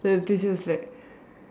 then the teacher was like